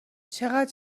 چقدر